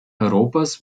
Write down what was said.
europas